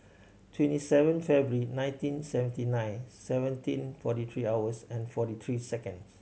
twenty seven February nineteen seventy nine seventeen forty three hours and forty three seconds